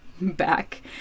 back